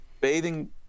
Bathing